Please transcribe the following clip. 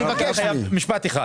משפט אחד.